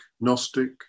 Gnostic